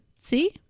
See